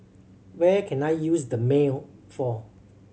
where can I use Dermale for